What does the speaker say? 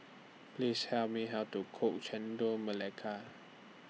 Please Tell Me How to Cook Chendol Melaka